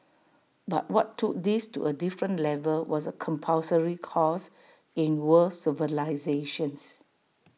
but what took this to A different level was A compulsory course in world civilisations